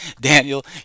Daniel